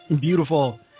Beautiful